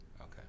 Okay